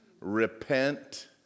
repent